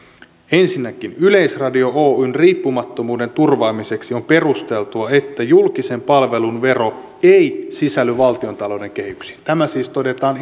ensinnäkin yleisradio oyn riippumattomuuden turvaamiseksi on perusteltua että julkisen palvelun vero ei sisälly valtiontalouden kehyksiin tämä siis todetaan